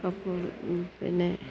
അപ്പം പിന്നെ